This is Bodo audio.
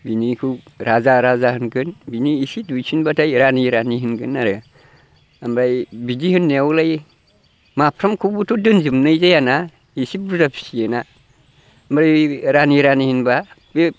बिनिखौ राजा राजा होनगोन बिनि एसे दुइसिनब्लाथाय रानि रानि होनगोन आरो ओमफ्राय बिदि होननायावलाय माफ्रामखौबोथ' दोनजोबनाय जायाना एसे बुरजा फियोना ओमफ्राय रानि रानि होनब्ला बे